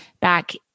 back